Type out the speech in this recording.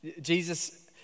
Jesus